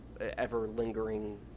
ever-lingering